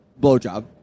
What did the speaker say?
Blowjob